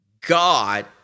God